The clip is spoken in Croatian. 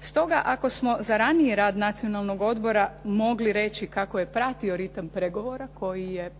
Stoga, ako smo za raniji rad Nacionalnog odbora mogli reći kako je pratio ritam pregovora koji je,